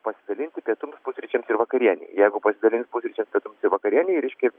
pasidalinti pietums pusryčiams ir vakarienei jeigu pasidalins pusryčiams pietums vakarienei reiškia